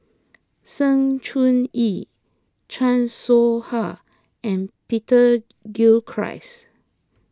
Sng Choon Yee Chan Soh Ha and Peter Gilchrist